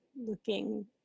looking